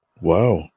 Wow